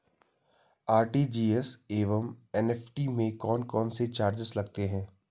RTGS एवं NEFT में कौन कौनसे चार्ज लगते हैं?